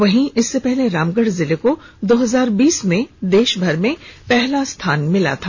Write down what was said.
वहीं इससे पहले रामगढ़ जिले को दो हजार बीस में देशभर में पहला स्थान मिला था